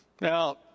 Now